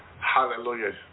Hallelujah